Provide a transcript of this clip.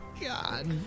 God